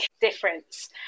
difference